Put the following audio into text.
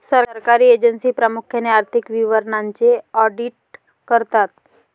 सरकारी एजन्सी प्रामुख्याने आर्थिक विवरणांचे ऑडिट करतात